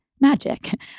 Magic